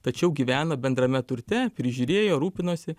tačiau gyvena bendrame turte prižiūrėjo rūpinosi